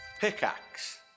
Pickaxe